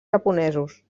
japonesos